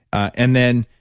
and then,